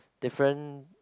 different